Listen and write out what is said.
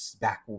back